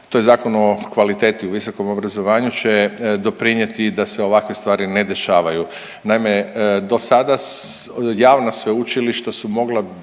To je Zakon o kvaliteti u visokom obrazovanju će doprinijeti da se ovakve stvari ne dešavaju. Naime, do sada javna sveučilišta su mogla